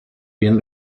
bien